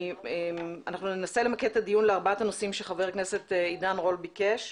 אנחנו ננסה למקד את הדיון לארבעת הנושאים שחבר הכנסת עידן רול ביקש.